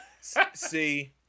See